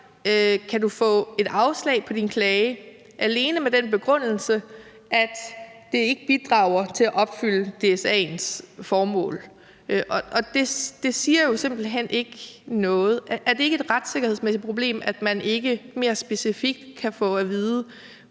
kan få et afslag på din klage alene med den begrundelse, at det ikke bidrager til at opfylde DSA'ens formål. Og det siger jo simpelt hen ikke noget. Er det ikke et retssikkerhedsmæssigt problem, at man ikke mere specifikt kan få at vide,